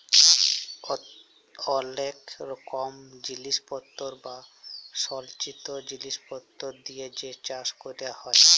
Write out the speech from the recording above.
অলেক কম জিলিসপত্তর বা সলচিত জিলিসপত্তর দিয়ে যে চাষ ক্যরা হ্যয়